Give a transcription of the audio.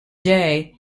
day